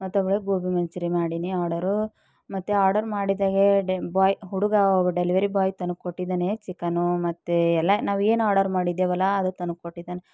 ಮತ್ತೊಬ್ಳಿಗೆ ಗೋಬಿ ಮಂಚೂರಿ ಮಾಡೀನಿ ಆರ್ಡರು ಮತ್ತೆ ಆರ್ಡರ್ ಮಾಡಿದ ಡೆ ಬಾಯ್ ಹುಡುಗ ಡೆಲಿವರಿ ಬಾಯ್ ತಂದು ಕೊಟ್ಟಿದ್ದಾನೆ ಚಿಕನು ಮತ್ತೆ ಎಲ್ಲ ನಾವು ಏನು ಆರ್ಡರ್ ಮಾಡಿದ್ದೇವಲ್ಲಾ ಅದೇ ತಂದು ಕೊಟ್ಟಿದ್ದಾನೆ